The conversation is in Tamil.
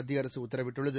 மத்திய அரசு உத்தரவிட்டுள்ளது